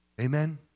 Amen